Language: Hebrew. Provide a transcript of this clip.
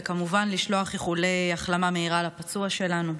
וכמובן לשלוח איחולי החלמה מהירה לפצוע שלנו.